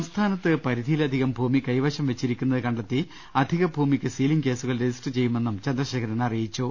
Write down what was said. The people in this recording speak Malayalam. സംസ്ഥാനത്ത് പരിധിയിലധികം ഭൂമി കൈവശം വെച്ചിരിക്കുന്നത് കണ്ടെത്തി അധിക ഭൂമിക്ക് സീലിങ്ങ് കേസുകൾ രജിസ്റ്റർ ചെയ്യു മെന്നും ചന്ദ്രശേഖരൻ പറഞ്ഞു